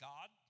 God